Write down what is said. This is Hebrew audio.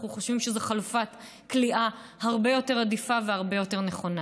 אנחנו חושבים שזו חלופת כליאה הרבה יותר עדיפה והרבה יותר נכונה.